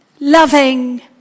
loving